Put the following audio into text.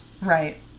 right